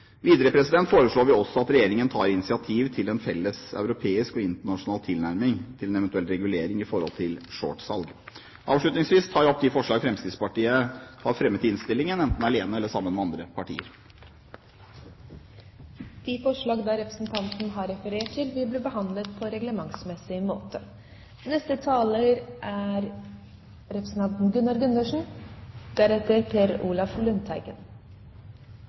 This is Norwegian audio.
Videre foreslår vi også at regjeringen tar initiativ til en felles europeisk/internasjonal tilnærming til en eventuell regulering i forhold til shortsalg. Avslutningsvis tar jeg opp de forslag Fremskrittspartiet har fremmet i innstillingen enten alene eller sammen med andre partier. Representanten Ulf Leirstein har tatt opp de forslag han refererte til. Jeg vil